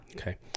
okay